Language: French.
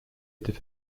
était